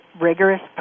rigorous